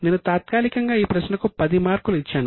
నేను తాత్కాలికంగా ఈ ప్రశ్నకు 10 మార్కులు ఇచ్చాను